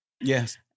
yes